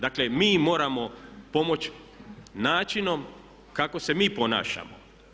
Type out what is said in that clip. Dakle, mi moramo pomoći načinom kako se mi ponašamo.